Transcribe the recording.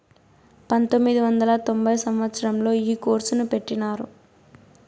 పంతొమ్మిది వందల తొంభై సంవచ్చరంలో ఈ కోర్సును పెట్టినారు